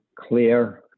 clear